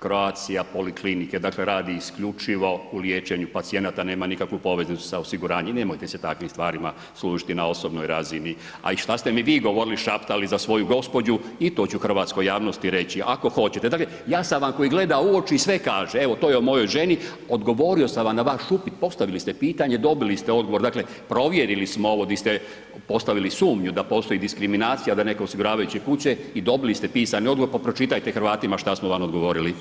Croatia poliklinike, dakle radi isključivo u liječenju pacijenata, nema nikakvu poveznicu sa osiguranjem, nemojte se takvim stvarima služiti na osobnoj razini, a i šta ste mi govorili, šaptali za svoju gospođu i to ću hrvatskoj javnosti reći ako hoćete, dakle ja sam vam koji gleda u oči i sve kaže, evo to je o mojoj ženi, odgovorio sam vam na vaš upit, postavili ste pitanje, dobili ste odgovor, dakle provjerili smo ovo di ste postavili sumnju da postoji diskriminacija da neke osiguravajuće kuće i dobili ste pisani odgovor, pa pročitajte Hrvatima šta smo vam odgovorili.